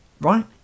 right